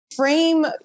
frame